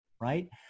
right